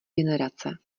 generace